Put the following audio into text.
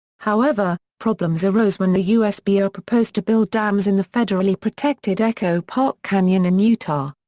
however, problems arose when the usbr proposed to build dams in the federally protected echo park canyon in utah.